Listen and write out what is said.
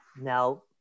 now